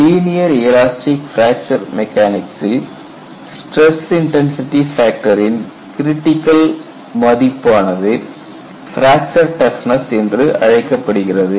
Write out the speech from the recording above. linear elastic fracture மெக்கானிக்சில் stress intensity ஃபேக்டரின் critical மதிப்பானது பிராக்சர் டஃப்னஸ் என்று அழைக்கப்படுகிறது